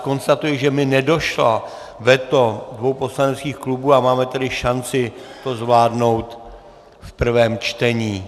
Konstatuji, že mi nedošlo veto dvou poslaneckých klubů a máme tedy šanci to zvládnout v prvém čtení.